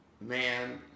Man